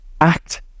act